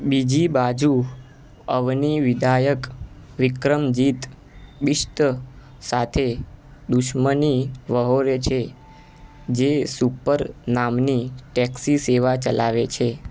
બીજી બાજુ અવની વિધાયક વિક્રમજીત બિષ્ત સાથે દુશ્મની વહોરે છે જે સુપર નામની ટેક્સી સેવા ચલાવે છે